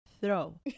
throw